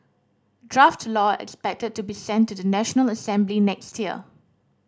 draft law expected to be sent to the National Assembly next year